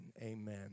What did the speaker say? amen